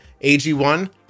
AG1